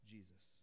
Jesus